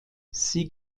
sie